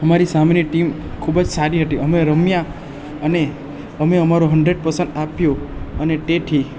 અમારી સામેની ટીમ ખૂબ જ સારી હતી અમે રમ્યા અને અમે અમારો હન્ડ્રેડ પરસેન્ટ આપ્યો અને તેથી